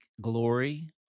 glory